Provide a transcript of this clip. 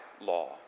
law